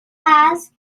has